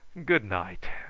good night!